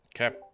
Okay